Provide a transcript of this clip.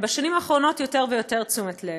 ובשנים האחרונות יותר ויותר תשומת לב.